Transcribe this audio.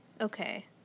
okay